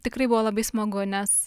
tikrai buvo labai smagu nes